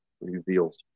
reveals